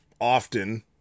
often